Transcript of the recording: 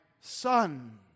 son